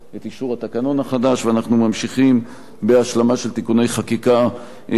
ואנחנו ממשיכים בהשלמה של תיקוני חקיקה שנדרשים גם הם.